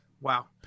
Wow